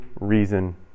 reason